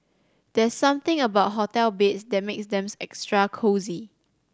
there's something about hotel beds that makes them extra cosy